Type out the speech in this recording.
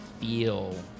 feel